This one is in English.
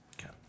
Okay